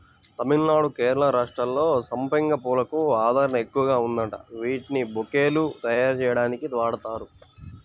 తమిళనాడు, కేరళ రాష్ట్రాల్లో సంపెంగ పూలకు ఆదరణ ఎక్కువగా ఉందంట, వీటిని బొకేలు తయ్యారుజెయ్యడానికి వాడతారు